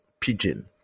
Pigeon